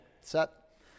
Set